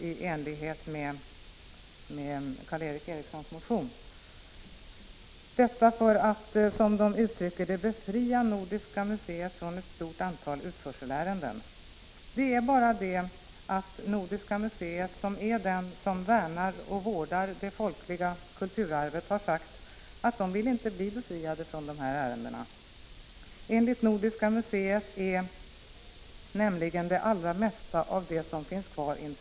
— i enlighet med Karl Erik Erikssons motion — detta för att, som de uttrycker det, befria Nordiska museet från ett stort antal utförselärenden. Det är bara det att Nordiska museet, som är den som värnar och vårdar det folkliga kulturarvet, har sagt att man inte vill bli befriad från dessa ärenden. Enligt Nordiska museet är nämligen det allra mesta av det som nu finns intressant.